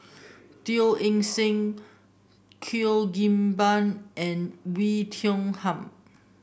Teo Eng Seng Cheo Kim Ban and Oei Tiong Ham